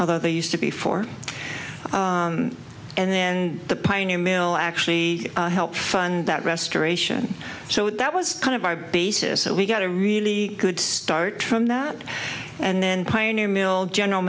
although they used to be four and then the pioneer mill actually helped fund that restoration so that was kind of our basis and we got a really good start from that and then pioneer mill general